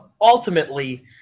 ultimately